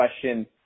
question